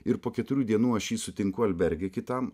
ir po keturių dienų aš jį sutinku alberge kitam